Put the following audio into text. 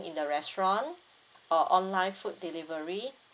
in the restaurant or online food delivery